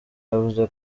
yavuze